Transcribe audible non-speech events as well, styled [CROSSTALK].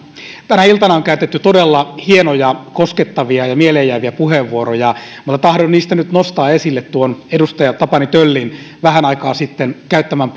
tänä iltana on käytetty todella hienoja koskettavia ja mieleenjääviä puheenvuoroja mutta tahdon niistä nyt nostaa esille edustaja tapani töllin vähän aikaa sitten käyttämän [UNINTELLIGIBLE]